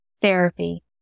therapy